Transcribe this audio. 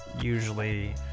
usually